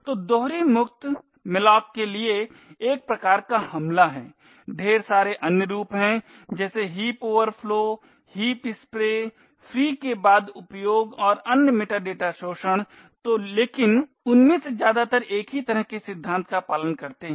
तो दोहरी मुक्त malloc के लिए एक प्रकार का हमला है ढेर सारे अन्य रूप हैं जैसे heap overflow heap spray free के बाद उपयोग और अन्य मेटाडेटा शोषण तो लेकिन उनमें से ज्यादातर एक ही तरह के सिद्धांत का पालन करते हैं